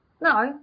No